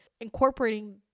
incorporating